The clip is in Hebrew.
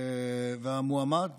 המועמד